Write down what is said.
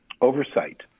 oversight